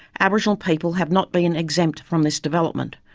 aboriginal people have not been exempt from this development.